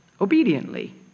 obediently